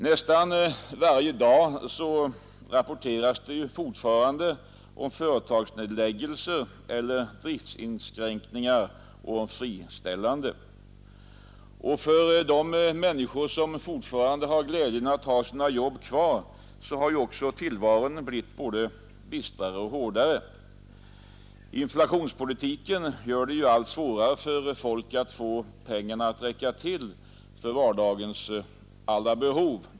Nästan varje dag rapporteras fortfarande om företagsnedläggelser eller driftsinskränkningar och friställanden. För de människor som fortfarande har glädjen att ha sina jobb kvar har tillvaron blivit bistrare och hårdare. Inflationspolitiken gör det allt svårare för folk att få pengarna att räcka till för vardagens alla behov.